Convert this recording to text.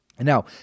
Now